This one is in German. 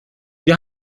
wir